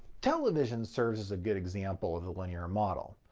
television serves as a good example of the linear model.